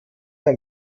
ein